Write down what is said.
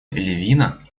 левина